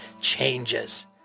changes